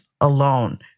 alone